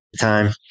time